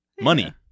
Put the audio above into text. money